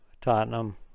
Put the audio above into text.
Tottenham